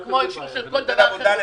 זה כמו אישור של כל דבר אחר,